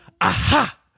Aha